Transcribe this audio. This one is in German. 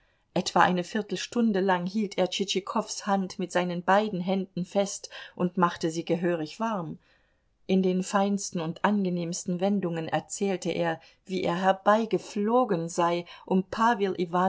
etwa eine viertelstunde lang hielt er tschitschikows hand mit seinen beiden händen fest und machte sie gehörig warm in den feinsten und angenehmsten wendungen erzählte er wie er herbeigeflogen sei um